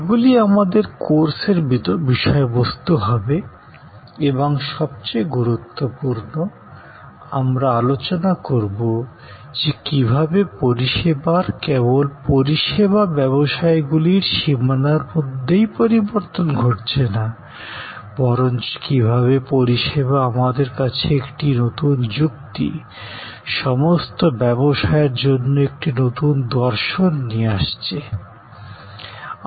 এগুলি আমাদের কোর্সের বিষয়বস্তূ হবে এবং সবচেয়ে গুরুত্বপূর্ণ আমরা আলোচনা করব যে কীভাবে পরিষেবার কেবল পরিষেবা ব্যবসায়গুলির সীমানার মধ্যেই পরিবর্তন ঘটছে না বরঞ্চ আমাদের কাছে একটি নতুন যুক্তি সমগ্র ব্যবসায়ের জন্য একটি নতুন দর্শন প্রস্তুত করছে